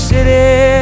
City